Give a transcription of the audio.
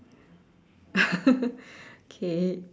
K